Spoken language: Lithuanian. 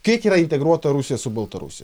kiek yra integruota rusija su baltarusija